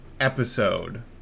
episode